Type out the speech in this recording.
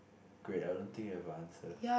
great I don't think you have a answer